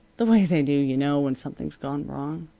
the way they do, you know, when something's gone wrong.